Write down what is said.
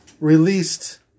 released